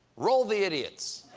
roll the idiots.